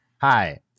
hi